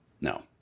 No